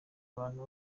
abantu